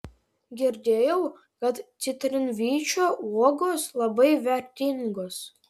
girdėjau kad citrinvyčio uogos labai vertingos